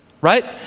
right